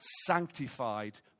sanctified